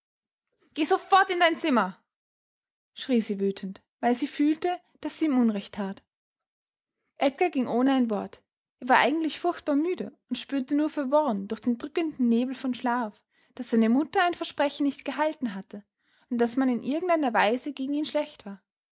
geh sofort in dein zimmer schrie sie wütend weil sie fühlte daß sie ihm unrecht tat edgar ging ohne ein wort er war eigentlich furchtbar müde und spürte nur verworren durch den drückenden nebel von schlaf daß seine mutter ein versprechen nicht gehalten hatte und daß man in irgendeiner weise gegen ihn schlecht war